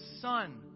son